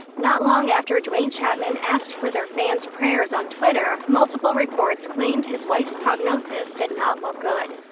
not long after duane chapman asked for their fans' prayers on twitter, multiple reports claimed his wife's prognosis did not look good.